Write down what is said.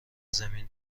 زمین